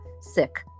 sick